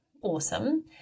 awesome